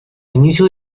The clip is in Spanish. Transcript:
inicio